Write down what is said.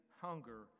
hunger